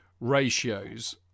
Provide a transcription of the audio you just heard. ratios